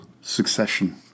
succession